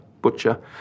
butcher